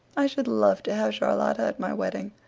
i should love to have charlotta at my wedding.